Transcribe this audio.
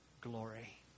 glory